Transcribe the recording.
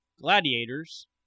Gladiators